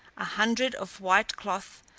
a hundred of white cloth,